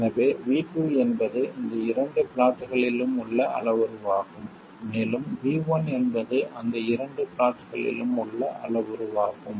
எனவே V2 என்பது இந்த இரண்டு ப்ளாட்களிலும் உள்ள அளவுருவாகும் மேலும் V1 என்பது அந்த இரண்டு ப்ளாட்களிலும் உள்ள அளவுரு ஆகும்